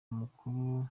mukuru